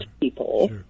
people